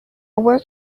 work